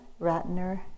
Ratner